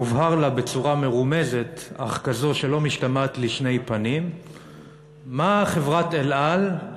הובהר לה בצורה מרומזת אך כזו שלא משתמעת לשתי פנים מה חברת "אל על",